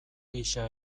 gisa